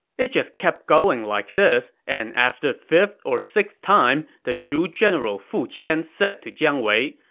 it just kept going like this, and after the fifth or sixth time, the shu general fu qian said to jiang wei,